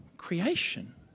creation